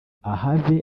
ahave